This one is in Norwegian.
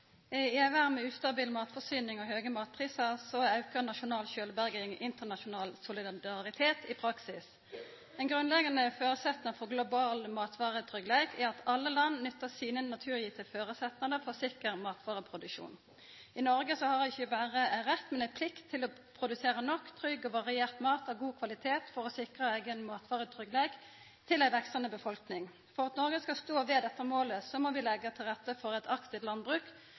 I ei verd med ustabil matforsyning og høge matprisar er auka nasjonal sjølvberging internasjonal solidaritet i praksis. Ein grunnleggjande føresetnad for global matvaretryggleik er at alle land nyttar sine naturgitte føresetnader for sikker matvareproduksjon. I Noreg har ein ikkje berre ein rett, men ei plikt til å produsera nok, trygg og variert mat av god kvalitet for å sikra eigen matvaretryggleik til ei veksande befolkning. For at Noreg skal stå ved dette målet, må vi leggja til rette for eit aktivt landbruk